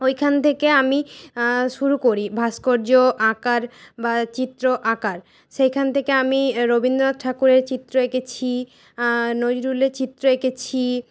ওইখান থেকে আমি শুরু করি ভাস্কর্য্য আঁকার বা চিত্র আঁকার সেখান থেকে আমি রবীন্দ্রনাথ ঠাকুরের চিত্র এঁকেছি নজরুলের চিত্র এঁকেছি